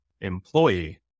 employee